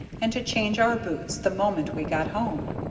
and to change our boots the moment we got home.